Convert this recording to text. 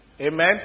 Amen